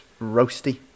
roasty